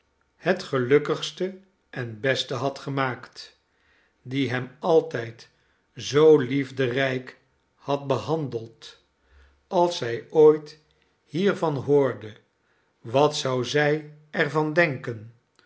het gelukkigste en beste had gemaakt die hem altijd zoo liefderijk had behandeld als zij ooit hiervan hoorde wat zou zij er van denken